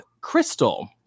crystal